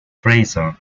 fraser